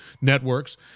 networks